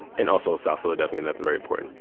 and also a south philadelphian. that's very important.